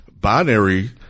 binary